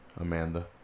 Amanda